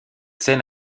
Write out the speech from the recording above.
scène